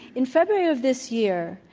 in february of this year,